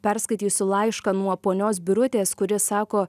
perskaitysiu laišką nuo ponios birutės kuri sako